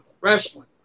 wrestling